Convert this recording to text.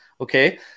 Okay